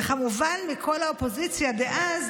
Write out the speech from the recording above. וכמובן מכל האופוזיציה דאז,